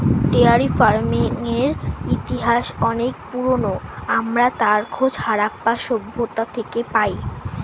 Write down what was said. dairy ফার্মিংয়ের ইতিহাস অনেক পুরোনো, আমরা তার খোঁজ হারাপ্পা সভ্যতা থেকে পাই